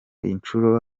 incuro